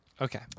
Okay